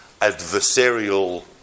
adversarial